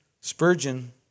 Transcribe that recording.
Spurgeon